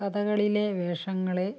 കഥകളിലെ വേഷങ്ങളെ